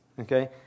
okay